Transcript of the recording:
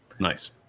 Nice